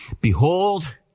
behold